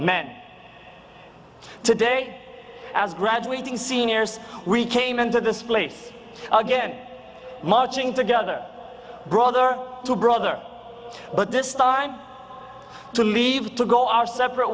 men today as graduating seniors we came into this place again marching together brother to brother but this time to leave to go our separate